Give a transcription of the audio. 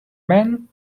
man